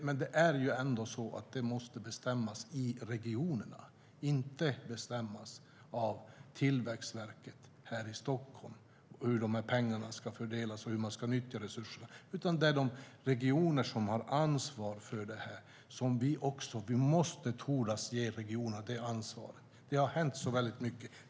Men det är ändå så att det måste bestämmas i regionerna, inte av Tillväxtverket här i Stockholm, hur pengarna ska fördelas och hur de ska nyttjas. Vi måste tordas ge regionerna det ansvaret. Det har hänt så väldigt mycket.